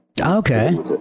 Okay